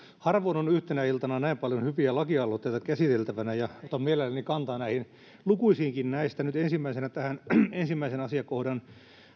harvoin on yhtenä iltana näin paljon hyviä lakialoitteita käsiteltävänä ja otan mielelläni kantaa lukuisiinkin näistä nyt ensimmäisenä tähän ensimmäisen asiakohdan